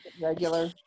regular